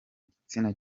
gitsina